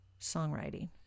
songwriting